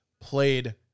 Played